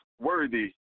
worthy